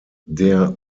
der